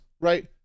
right